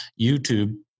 YouTube